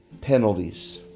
penalties